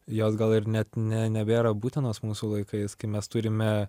jos gal ir net ne nebėra būtinos mūsų laikais kai mes turime